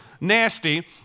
nasty